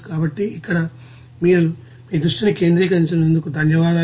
కాబట్టి ఇక్కడ మీ దృష్టిని కేంద్రీకరించినందుకు ధన్యవాదాలు